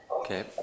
Okay